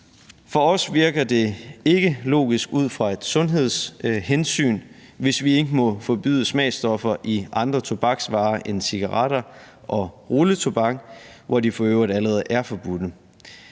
For os virker det ikke logisk ud fra et sundhedshensyn, hvis vi ikke må forbyde smagsstoffer i andre tobaksvarer end cigaretter og rulletobak, hvor de for øvrigt allerede er forbudte.